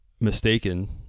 mistaken